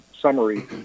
summary